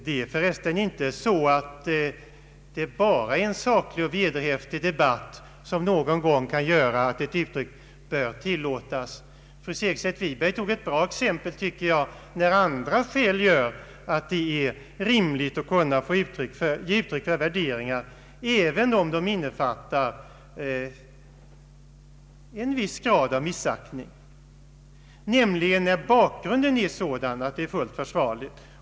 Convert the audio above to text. Det är för resten inte bara i en saklig och vederhäftig debatt som ett visst uttryck någon gång bör tillåtas. Fru Segerstedt Wiberg tog upp ett bra exempel, när det finns andra skäl att kunna ge uttryck för värderingar, även om de innefattar en viss grad av missaktning, nämligen när bakgrunden är sådan att det är fullt försvarligt.